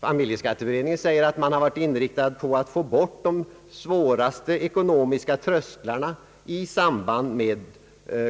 Familjeskatteberedningen säger att den varit inriktad på att få bort de svåraste ekonomiska trösklarna i samband med